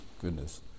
goodness